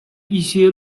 一些